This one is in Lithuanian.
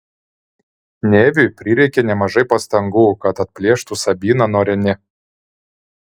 neviui prireikė nemažai pastangų kad atplėštų sabiną nuo renė